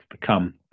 become